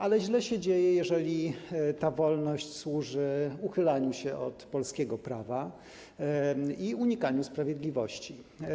Ale źle się dzieje, jeżeli ta wolność służy uchylaniu się od polskiego prawa i unikaniu sprawiedliwości.